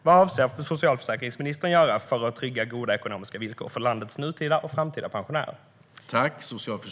Vad avser socialförsäkringsministern att göra för att trygga goda ekonomiska villkor för landets nutida och framtida pensionärer?